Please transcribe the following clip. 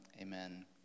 Amen